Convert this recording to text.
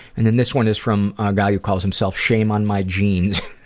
and then this one is from a guy who calls himself shame on my genes,